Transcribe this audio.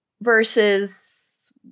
versus